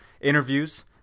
interviews